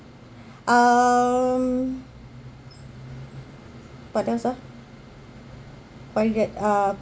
um but what else ah uh